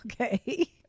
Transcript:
Okay